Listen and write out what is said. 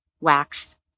wax